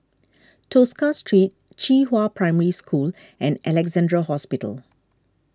Tosca Street Qihua Primary School and Alexandra Hospital